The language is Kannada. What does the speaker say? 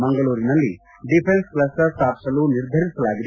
ಮಂಗಳೂರಿನಲ್ಲಿ ಡಿಫೆನ್ಸ್ ಕ್ಷಸ್ಟರ್ ಸ್ಥಾಪಿಸಲು ನಿರ್ಧರಿಸಲಾಗಿದೆ